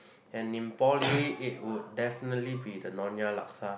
and in poly it would definitely be the Nyonya laksa